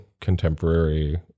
contemporary